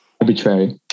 arbitrary